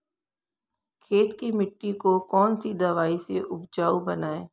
खेत की मिटी को कौन सी दवाई से उपजाऊ बनायें?